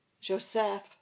Joseph